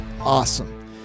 Awesome